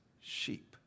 sheep